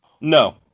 No